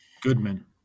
Goodman